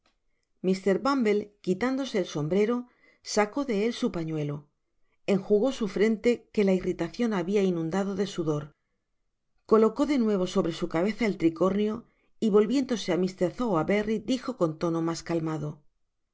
mr bumble quitándose el sombrero sacó de él su pañuelo enjugó su frente que la irritacion habia inundado de sudor colocó de nuevo sobre su cabeza el tricornio y volviéndose á mr sowerberry dijo con tonomas calmado y